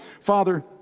Father